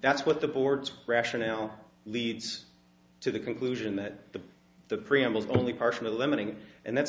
that's what the board's pressure now leads to the conclusion that the the preambles only partially limiting and that's